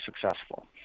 successful